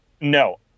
No